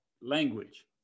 language